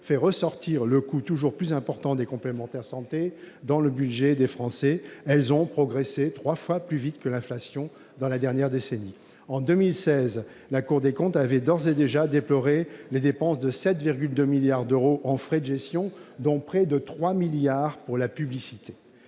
fait ressortir le coût toujours plus important des complémentaires de santé dans le budget des Français. Ce coût a progressé trois fois plus vite que l'inflation au cours de la dernière décennie. En 2016, la Cour des comptes avait, d'ores et déjà, déploré des dépenses de 7,2 milliards d'euros en frais de gestion, dont près de 3 milliards d'euros pour la publicité.